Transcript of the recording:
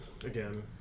again